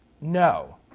No